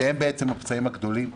שהם בעצם הפצעים הגדולים,